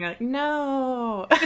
no